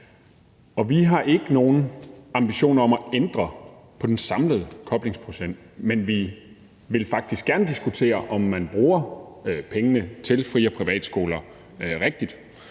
Vi har ikke nogen ambitioner om at ændre på den samlede koblingsprocent, men vi vil faktisk gerne diskutere, om man bruger pengene til fri- og privatskoler rigtigt.